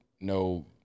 no